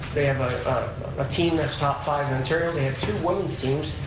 they have a ah team that's top five in ontario, they have two women's teams,